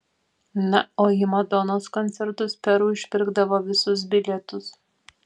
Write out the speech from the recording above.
na o į madonos koncertus peru išpirkdavo visus bilietus